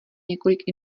několik